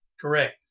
Correct